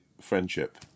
Friendship